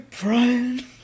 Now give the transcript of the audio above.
Brian